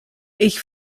ich